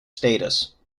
status